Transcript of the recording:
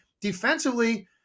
defensively